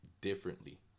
differently